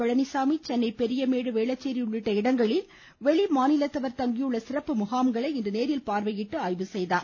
பழனிச்சாமி சென்னை பெரியமேடு வேளச்சேரி உள்ளிட்ட இடங்களில் வெளி மாநிலத்தவர்கள் தங்கியுள்ள சிறப்பு முகாம்களை இன்று நேரில் பார்வையிட்டு ஆய்வு செய்தார்